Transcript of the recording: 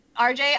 RJ